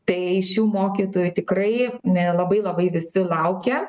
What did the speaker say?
tai šių mokytojų tikrai labai labai visi laukia